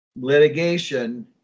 litigation